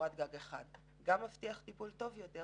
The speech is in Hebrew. קורת גג אחת - מה שמבטיח טיפול טוב יותר